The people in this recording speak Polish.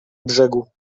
brzegu